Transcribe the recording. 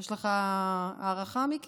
יש לך הערכה, מיקי?